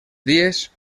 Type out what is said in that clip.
dies